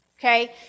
Okay